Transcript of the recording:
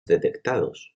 detectados